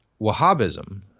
Wahhabism